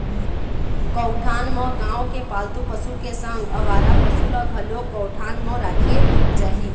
गौठान म गाँव के पालतू पशु के संग अवारा पसु ल घलोक गौठान म राखे जाही